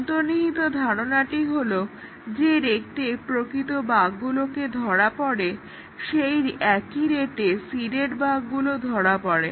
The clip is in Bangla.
অন্তর্নিহিত ধারণাটি হলো যে রেটে প্রকৃত বাগগুলো ধরা পড়ে সেই একই রেটে সিডেড বাগগুলো ধরা পড়ে